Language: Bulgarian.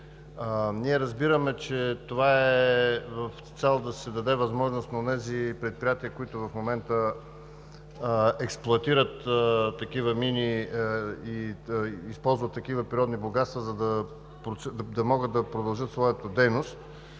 Разбираме, че това е с цел да се даде възможност на онези предприятия, които в момента експлоатират такива мини и използват такива природни богатства, за да могат да продължат своята дейност.